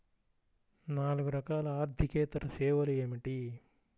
నాలుగు రకాల ఆర్థికేతర సేవలు ఏమిటీ?